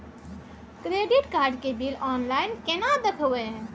Credit card के bill online केना देखबय?